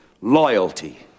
loyalty